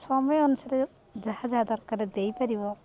ସମୟ ଅନୁସାରେ ଯାହା ଯାହା ଦରକାର ଦେଇପାରିବ